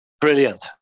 Brilliant